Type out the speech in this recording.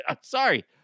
Sorry